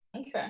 Okay